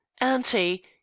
Auntie